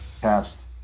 cast